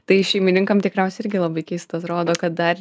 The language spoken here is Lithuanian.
tai šeimininkam tikriausiai irgi labai keista atrodo kad dar